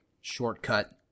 shortcut